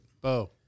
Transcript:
Bo